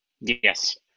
Yes